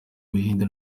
buhinde